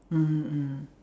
mmhmm mm